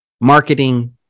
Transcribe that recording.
marketing